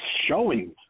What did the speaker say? showing